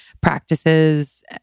practices